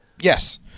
Yes